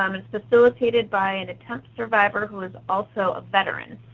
um it's facilitated by an attempt survivor who is also a veteran.